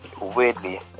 weirdly